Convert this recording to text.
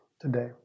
today